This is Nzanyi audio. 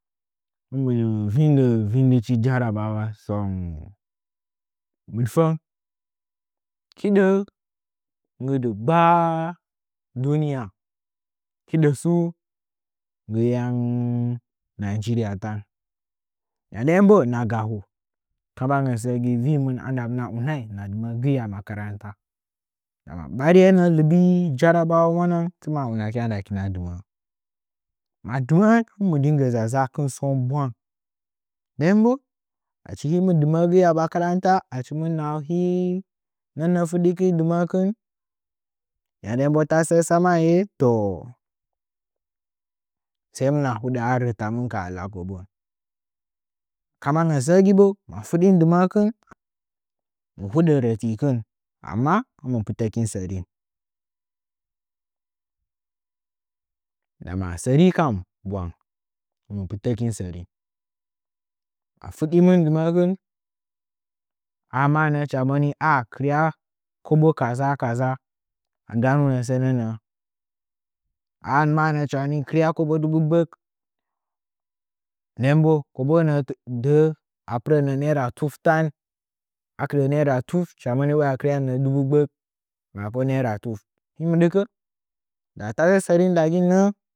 vindəə vindɨchi jarabawa səu mɨɗfəng hidə nggɨ dɨgba duniya hidə tsu nggɨ yau nageriya tan ya nden bo hɨna gaho kambangən səə gi vii mɨn hɨna unai hɨna dɨmə’ə gəi amakaranta ndama bəriye nə’ə lɨbi jarabawau nəngən tɨmɨn wa unakin a ndaakina dɨma’a ma dɨmə’ən hɨn mɨ rɨnggə zaza’akɨn bwang nden bo achi him dɨmə’ə a bwa makaranta achi mɨ nahau hii nən nə fuɗɨkɨn dɨmə’əkɨn ya ndan bo tasə səə tsamanye toh sai hɨmna huɗə arətəmɨn ka hala kobo kamangən səə gi bo rim dɨmə’əkɨn mɨ hudə rəti rim ndama səring kana bwang hɨn mɨ pɨtəkin sərin ka fudimɨn dɨmə’əkɨn haa maa nə’ə hɨcha moni ‘a kɨrya kobo kaza kaza aganunə sənə nə’ə ‘a mə a nə ‘ə moni kɨrye dubu gbək nden bo kobo nə’ə də’ə a pɨrənə nera tuf tan akɨrə nena tuf hɨcha moni wai a kɨryan nə dubu gbək ma bo ne ra tuf him dɨkə-nda tasə səri nda gin nə?